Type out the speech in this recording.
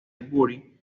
canterbury